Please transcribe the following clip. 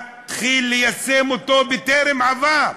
להתחיל ליישם אותו, בטרם עבר.